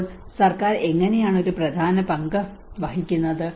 അപ്പോൾ സർക്കാർ എങ്ങനെയാണ് ഒരു പ്രധാന പങ്ക് വഹിക്കുന്നത്